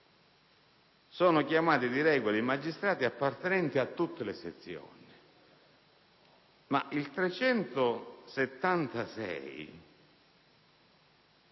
sono chiamati, di regola, magistrati appartenenti a tutte le sezioni. Ma